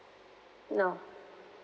no